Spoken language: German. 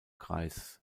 kreis